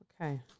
okay